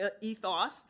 ethos